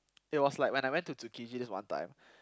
it was like when I went to Tsukiji this one time